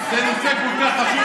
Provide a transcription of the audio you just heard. זה נושא כל כך חשוב,